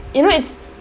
you know it's